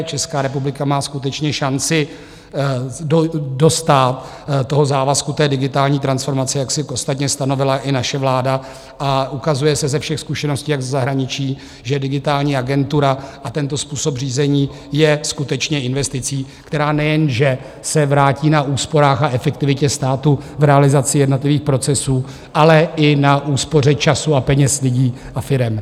Česká republika má skutečně šanci dostát závazku digitální transformace, jak si ostatně stanovila i naše vláda, a ukazuje se ze všech zkušeností jak ze zahraničí, že digitální agentura a tento způsob řízení je skutečně investicí, která nejenže se vrátí na úsporách a efektivitě státu v realizaci jednotlivých procesů, ale i na úspoře času a peněz lidí a firem.